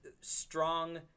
strong